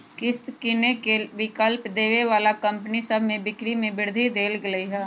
किस्त किनेके विकल्प देबऐ बला कंपनि सभ के बिक्री में वृद्धि देखल गेल हइ